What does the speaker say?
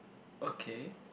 okay